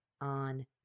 On